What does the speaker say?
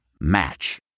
Match